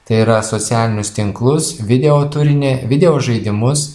tai yra socialinius tinklus video turinį video žaidimus